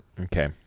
Okay